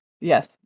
Yes